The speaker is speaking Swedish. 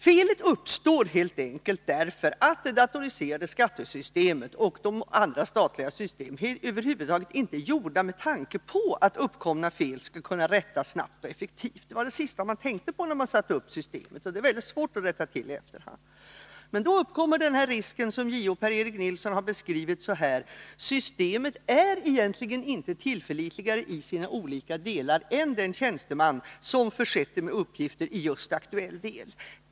Felet uppstår helt enkelt därför att det datoriserade skattesystemet och statliga system över huvud taget inte är gjorda med tanke på att uppkomna fel skall kunna rättas snabbt och effektivt. Det var det sista man tänkte på när man gjorde systemet — och i efterhand är det mycket svårt att rätta till fel. Då uppkommer den risk som JO Per-Erik Nilsson beskriver på följande sätt: ”Systemet är egentligen inte tillförlitligare i sina olika delar än den tjänsteman som försett det med uppgifter i just aktuell del.